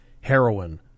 heroin